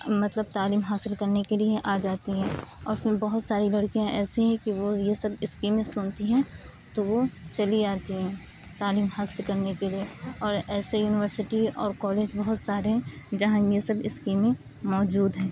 مطلب تعلیم حاصل کرنے کے لیے آ جاتی ہیں اور فر بہت ساری لڑکیاں ایسی ہیں کہ وہ یہ سب اسکیمیں سنتی ہیں تو وہ چلی آتی ہیں تعلیم حاصل کرنے کے لیے اور ایسے یونیورسٹی اور کالج بہت سارے ہیں جہاں یہ سب اسکیمیں موجود ہیں